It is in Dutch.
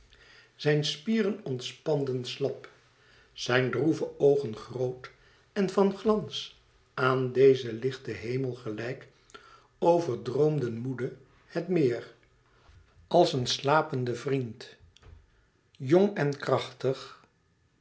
zijn spieren ontspanden slap zijn droeve oogen groot en van glans aan dezen lichten hemel gelijk overdroomden moede het meer als een slapende vriend jong en krachtig